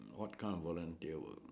what kind of volunteer work